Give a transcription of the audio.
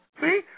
See